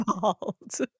fault